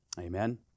Amen